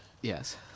Yes